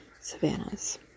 savannas